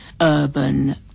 urban